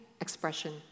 expression